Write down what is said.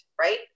right